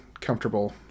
comfortable